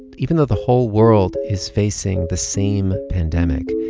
even though the whole world is facing the same pandemic,